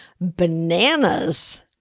bananas